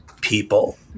people